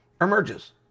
emerges